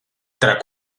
trac